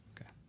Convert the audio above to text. Okay